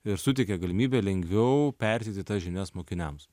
ir suteikia galimybę lengviau perteikti tas žinias mokiniams